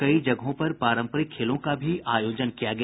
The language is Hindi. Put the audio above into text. कई जगहों पर पारंपरिक खेलों का भी आयोजन किया गया